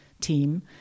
team